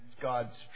God's